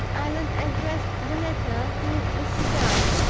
allan addressed the letter to mr. darch,